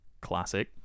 Classic